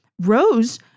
Rose